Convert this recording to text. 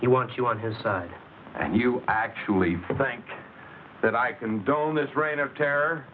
he wants you on his side and you actually think that i condone his reign of terror